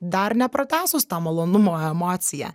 dar nepratęsus tą malonumo emociją